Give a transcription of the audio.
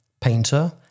painter